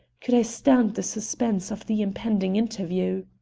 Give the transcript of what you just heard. could i stand the suspense of the impending interview?